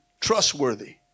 trustworthy